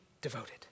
devoted